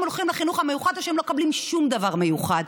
הולכים לחינוך המיוחד או שהם לא מקבלים שום דבר מיוחד.